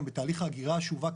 גם בתהליך האגירה השאובה,